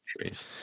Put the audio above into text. trees